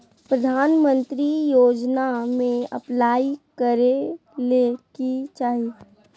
प्रधानमंत्री योजना में अप्लाई करें ले की चाही?